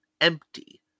empty